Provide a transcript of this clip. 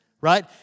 right